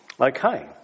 Okay